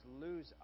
lose